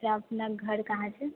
अपनाके घर कहाँ छै